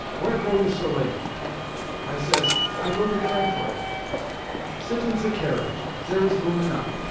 where go you so late i says, i go to frankfort sit in ze carriage zere is room enough,